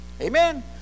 Amen